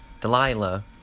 Delilah